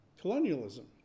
colonialism